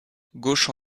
gauche